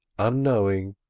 unknowing,